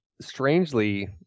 strangely